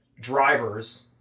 drivers